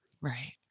right